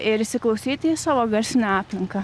ir įsiklausyti į savo garsinę aplinką